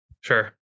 Sure